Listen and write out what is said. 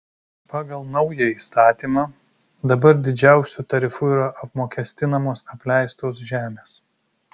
pagal naują įstatymą dabar didžiausiu tarifu yra apmokestinamos apleistos žemės